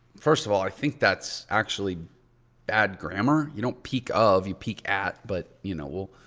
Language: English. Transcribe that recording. first of all, i think that's actually bad grammar. you don't peek of, you peek at. but you know,